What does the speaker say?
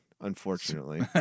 unfortunately